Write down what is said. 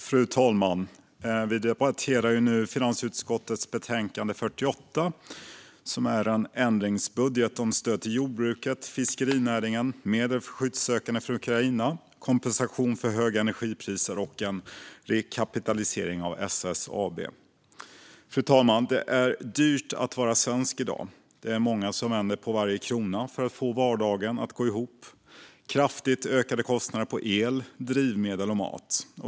Fru talman! Vi debatterar nu finansutskottets betänkande 48, som gäller ändringsbudgetar för stöd till jordbruket och fiskerinäringen, medel för skyddssökande från Ukraina, kompensation för höga energipriser och en rekapitalisering av SAS AB. Fru talman! Det är dyrt att vara svensk i dag. Många vänder på varje krona för att få vardagen att gå ihop. Vi ser kraftigt ökade kostnader för el, drivmedel och mat.